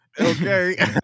Okay